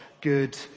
good